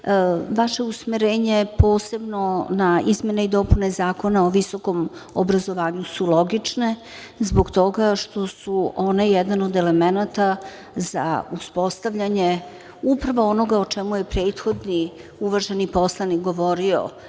vaše usmerenje posebno na izmene i dopune Zakona o visokom obrazovanju su logične zbog toga što su one jedan od elemenata za uspostavljanje upravo onoga o čemu je prethodni uvaženi poslanik govorio,